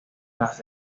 las